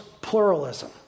pluralism